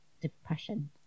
depression